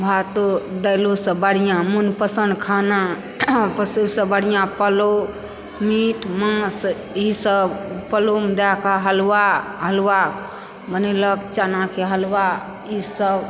भातो दालिओसँ बढ़िआँ मनपसन्द खाना सभसँ बढ़िआँ पुलाव मीट मान्स ईसभ पुलावमे दयके हलवा हलवा बनेलक चनाके हलवा ईसभ